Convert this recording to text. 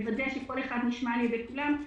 לוודא שכל אחד נשמע על ידי כולם,